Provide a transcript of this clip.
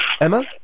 Emma